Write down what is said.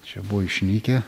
čia buvo išnykę